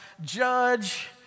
judge